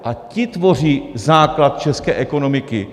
A ti tvoří základ české ekonomiky.